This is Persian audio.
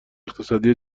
اقتصاد